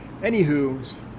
Anywho